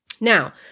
Now